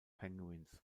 penguins